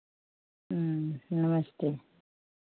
नमस्ते